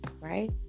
right